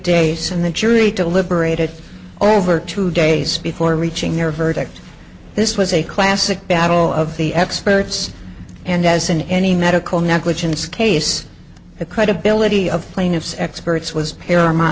days in the jury deliberated over two days before reaching their verdict this was a classic battle of the experts and as in any medical negligence case the credibility of plaintiff's experts was paramount